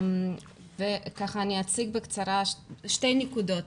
אני אציג בקצרה שתי נקודות